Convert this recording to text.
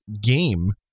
game